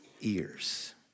ears